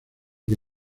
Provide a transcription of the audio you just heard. que